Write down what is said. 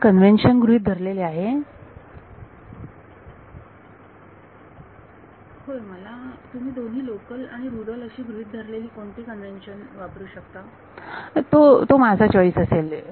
होय मी कन्वेंशन गृहीत धरलेले आहे विद्यार्थी होय मला तुम्ही दोन्ही लोकल आणि रुरल अशी गृहीत धरलेली कोणती कन्वेंशन वापरू शकता तो माझा चॉईस असेल